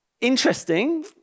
interesting